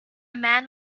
man